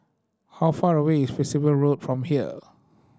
how far away is Percival Road from here